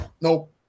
nope